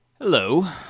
Hello